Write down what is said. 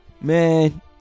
Man